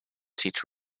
teach